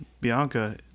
Bianca